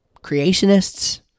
Creationists